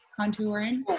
contouring